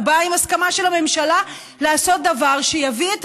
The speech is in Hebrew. הוא בא עם הסכמה של הממשלה לעשות דבר שיביא את